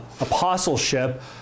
apostleship